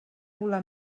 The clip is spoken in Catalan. volar